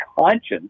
conscience